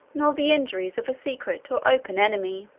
nor the injuries of a secret or open enemy.